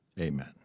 Amen